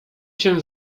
cię